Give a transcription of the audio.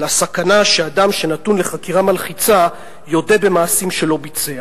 על הסכנה שאדם שנתון לחקירה מלחיצה יודה במעשים שלא ביצע.